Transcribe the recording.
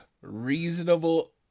reasonable